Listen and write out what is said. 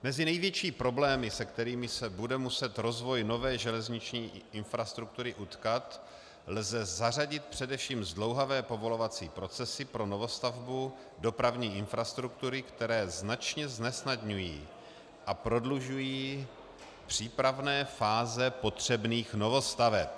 Mezi největší problémy, s kterými se bude muset rozvoj nové železniční infrastruktury utkat, lze zařadit především zdlouhavé povolovací procesy pro novostavbu dopravní infrastruktury, které značně znesnadňují a prodlužují přípravné fáze potřebných novostaveb.